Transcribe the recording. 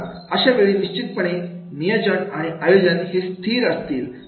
अशावेळी निश्चितपणे नियोजन आणि आयोजन हे स्थिर असतील तर